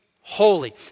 holy